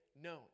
known